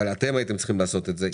אבל אתם הייתם צריכים לעשות את זה.